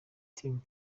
team